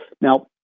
Now